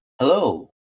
Hello